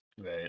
right